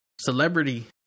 celebrity